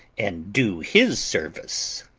and do his service.